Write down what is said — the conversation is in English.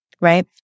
right